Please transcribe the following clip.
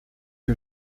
que